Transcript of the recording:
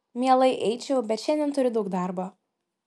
mielai eičiau bet šiandien turiu daug darbo